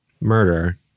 murder